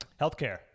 Healthcare